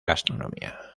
gastronomía